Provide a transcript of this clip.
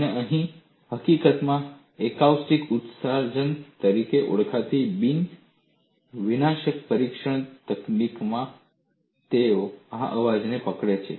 અને હકીકતમાં એકોસ્ટિક ઉત્સર્જન તરીકે ઓળખાતી બિન વિનાશક પરીક્ષણ તકનીકમાં તેઓ આ અવાજને પકડે છે